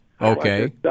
Okay